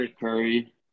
Curry